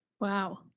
Wow